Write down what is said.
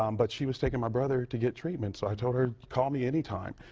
um but she was taking my brother to get treatment, so i told her, call me any time,